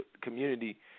community